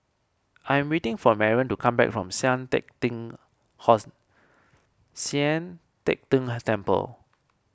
I am waiting for Maren to come back from Sian Teck Tng horse Sian Teck Tng Temple